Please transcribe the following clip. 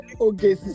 Okay